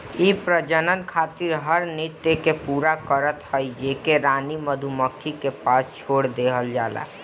इ प्रजनन खातिर हर नृत्य के पूरा करत हई जेके रानी मधुमक्खी के पास छोड़ देहल जाला